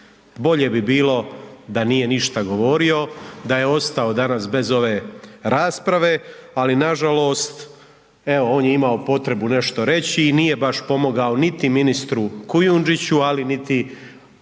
Bolje bi bilo da nije ništa govorio, da je ostao danas bez ove rasprave, ali nažalost evo on je imao potrebu nešto reći i nije baš pomogao niti ministru Kujundžiću, ali niti ovaj